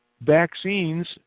vaccines